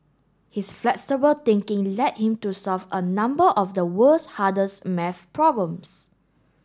his flexible thinking led him to solve a number of the world's hardest maths problems